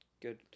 Good